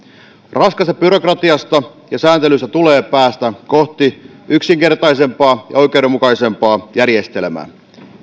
raskaasta byrokratiasta ja sääntelystä tulee päästä kohti yksinkertaisempaa ja oikeudenmukaisempaa järjestelmää